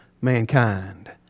mankind